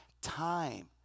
time